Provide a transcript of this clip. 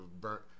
burnt